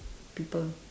people